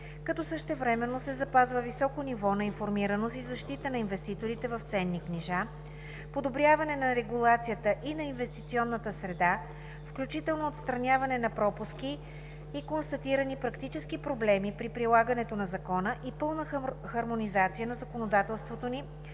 като същевременно се запазва високо ниво на информираност и защита на инвеститорите в ценни книжа; подобряване на регулацията и на инвестиционната среда, включително отстраняване на пропуски и констатирани практически проблеми при прилагането на Закона, и пълна хармонизация на законодателството ни